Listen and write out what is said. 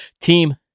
team